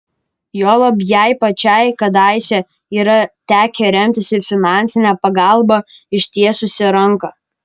juolab jai pačiai kadaise yra tekę remtis į finansinę pagalbą ištiesusią ranką